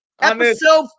Episode